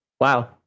Wow